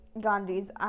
Gandhi's